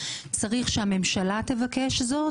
צריך שהממשלה תבקש זאת,